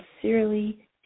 sincerely